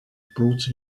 brought